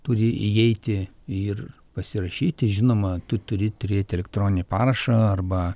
turi įeiti ir pasirašyti žinoma tu turi turėti elektroninį parašą arba